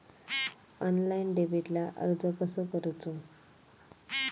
Online डेबिटला अर्ज कसो करूचो?